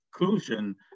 inclusion